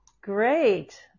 Great